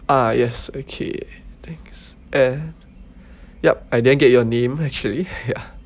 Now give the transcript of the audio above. ah yes okay thanks and yup I didn't get your name actually ya